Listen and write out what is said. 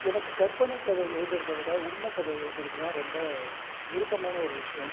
எனக்கு கற்பனை கதை எழுதுகிறத விட உண்மை கதை எழுதுகிறது தான் ரொம்ப விருப்பமான ஒரு விஷயம்